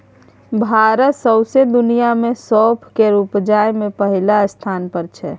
भारत सौंसे दुनियाँ मे सौंफ केर उपजा मे पहिल स्थान पर छै